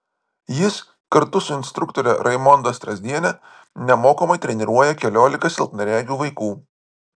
jis kartu su instruktore raimonda strazdiene nemokamai treniruoja keliolika silpnaregių vaikų